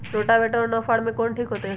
Rotavator और नौ फ़ार में कौन ठीक होतै?